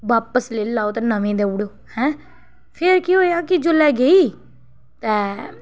बापस लेई लैओ ते नमें देउड़ो हैं फेर केह होएआ कि जोल्लै गेई ते